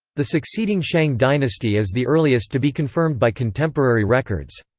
the succeeding shang dynasty is the earliest to be confirmed by contemporary records.